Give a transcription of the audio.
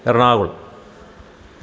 Ernakulam